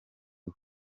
ubu